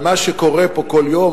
על מה שקורה פה כל יום?